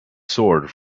sword